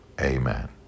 amen